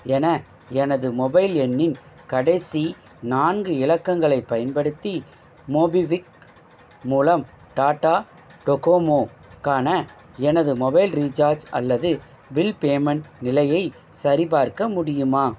என எனது மொபைல் எண்ணின் கடைசி நான்கு இலக்கங்களை பயன்படுத்தி மோபிவிக் மூலம் டாட்டா டொக்கோமோக்கான எனது மொபைல் ரீசார்ஜ் அல்லது பில் பேமண்ட் நிலையை சரிபார்க்க முடியுமா